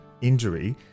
injury